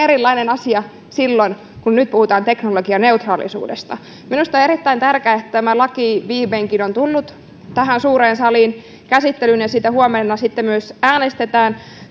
eri asia silloin nyt puhutaan teknologianeutraalisuudesta minusta on erittäin tärkeää että tämä laki viimeinkin on tullut tähän suureen saliin käsittelyyn ja siitä huomenna sitten myös äänestetään